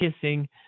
kissing